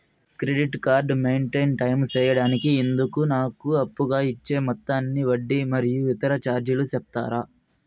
Credit card maintain time సేయడానికి ఇందుకు నాకు అప్పుగా ఇచ్చే మొత్తానికి వడ్డీ మరియు ఇతర చార్జీలు సెప్తారా?